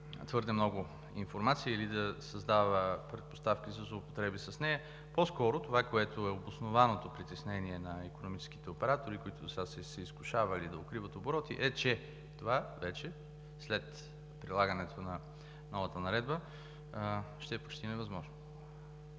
твърде много информация или ще създаде предпоставки за злоупотреба с нея. По-скоро обоснованото притеснение на икономическите оператори, които досега са се изкушавали да укриват обороти, е, че след прилагането на новата Наредба това вече ще е почти невъзможно.